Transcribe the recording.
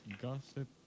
Gossip